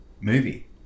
movie